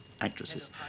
actresses